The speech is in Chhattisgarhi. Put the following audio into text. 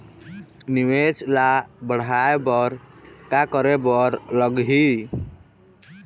निवेश ला बढ़ाय बर का करे बर लगही?